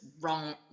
wrong